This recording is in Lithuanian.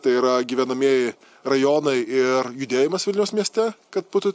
tai yra gyvenamieji rajonai ir judėjimas vilniaus mieste kad būtų